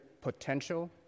potential